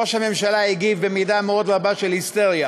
ראש הממשלה הגיב במידה רבה מאוד של היסטריה,